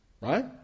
Right